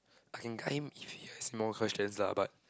I can guide him if he has more questions lah but